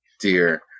dear